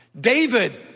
David